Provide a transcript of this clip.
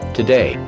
today